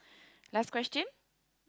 last question